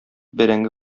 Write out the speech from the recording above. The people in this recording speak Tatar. бәрәңге